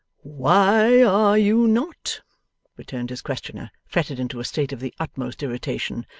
why, are you not returned his questioner, fretted into a state of the utmost irritation.